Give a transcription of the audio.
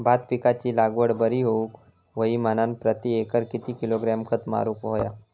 भात पिकाची लागवड बरी होऊक होई म्हणान प्रति एकर किती किलोग्रॅम खत मारुक होया?